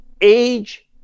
age